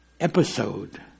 episode